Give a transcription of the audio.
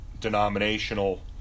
Denominational